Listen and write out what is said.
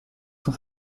sont